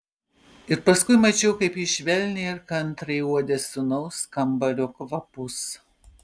ir paskui mačiau kaip ji švelniai ir kantriai uodė sūnaus kambario kvapus